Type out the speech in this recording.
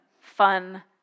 fun